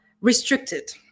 restricted